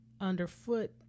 underfoot